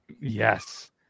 Yes